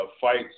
fights